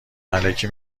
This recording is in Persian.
الکی